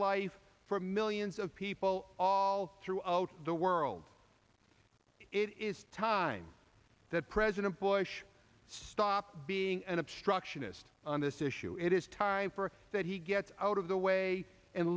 life for millions of people all throughout the world it is time that president bush stop being an obstructionist on this issue it is time for that he gets out of the way and